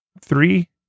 Three